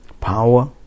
Power